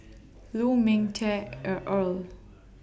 Lu Ming Teh L Earl